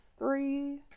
Three